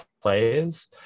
plays